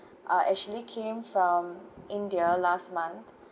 uh actually came from india last month